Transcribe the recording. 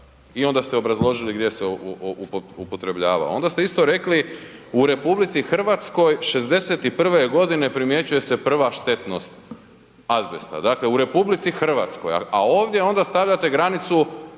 i onda ste obrazložili gdje se upotrebljavao. Onda ste isto rekli „u RH '61. godine primjećuje se prva štetnost azbest“, dakle u RH, a ovdje onda stavljate granicu